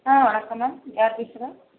ஆ வணக்கம் மேம் யார் பேசுறா